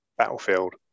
battlefield